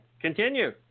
Continue